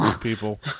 people